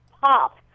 Pop